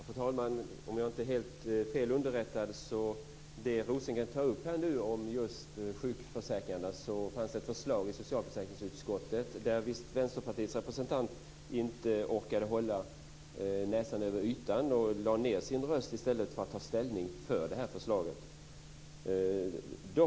Fru talman! Om jag inte är helt felunderrättad fanns det, när det gäller det som Rosengren nu tar upp om sjukförsäkringen, ett förslag i socialförsäkringsutskottet där Vänsterpartiets representant visst inte orkade hålla näsan över ytan utan lade ned sin röst i stället för att ta ställning för det här förslaget.